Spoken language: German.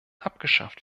abgeschafft